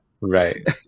right